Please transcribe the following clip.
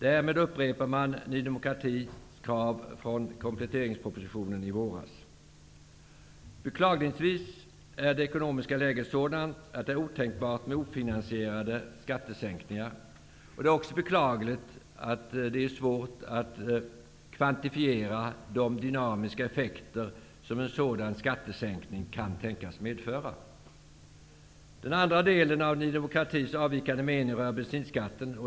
Därmed upprepar Ny demokrati sina krav från när kompletteringspropositionen lades fram i våras. Beklagligtvis är det ekonomiska läget sådant att det är otänkbart med ofinansierade skattesänkningar. Det är också beklagligt att det är svårt att kvantifiera de dynamiska effekter som en sådan skattesänkning kan tänkas medföra. Den andra delen av Ny demokratis avvikande mening rör bensinskatten.